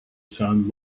son